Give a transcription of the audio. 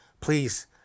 Please